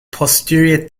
posterior